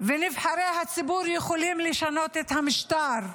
ונבחרי הציבור יכולים לשנות את המשטר,